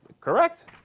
Correct